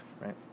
right